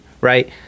right